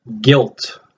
guilt